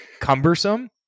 Cumbersome